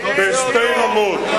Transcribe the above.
בשתי רמות.